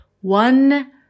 one